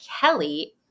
Kelly